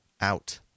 out